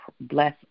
bless